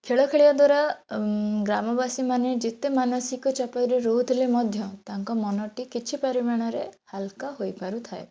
ଖେଳ ଖେଳିବା ଦ୍ଵାରା ଗ୍ରାମବାସୀ ମାନେ ଯେତେ ମାନସିକ ଚାପରେ ରହୁଥିଲେ ମଧ୍ୟ ତାଙ୍କ ମନଟି କିଛି ପରିମାଣରେ ହାଲ୍କା ହୋଇପାରୁ ଥାଏ